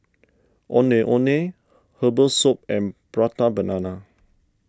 Ondeh Ondeh Herbal Soup and Prata Banana